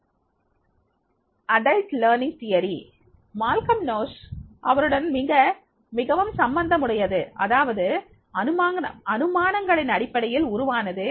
பெரியவர் கற்றல் கோட்பாடு மால்கம் நோஸ் இவருடன் மிகவும் சம்பந்தமுடையது அதாவது அனுமானங்களின் அடிப்படையில் உருவானது